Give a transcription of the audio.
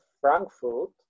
Frankfurt